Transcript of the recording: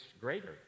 greater